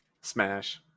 Smash